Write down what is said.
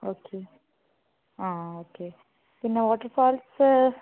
okay അതെ okay പിന്നെ waterfalls